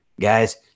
guys